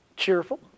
Cheerful